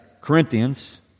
Corinthians